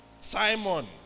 Simon